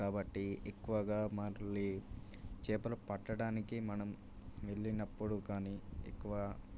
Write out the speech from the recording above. కాబట్టీ ఎక్కువగా మళ్ళీ చేపలు పట్టడానికి మనం వెళ్ళినప్పుడు కానీ ఎక్కువ